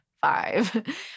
five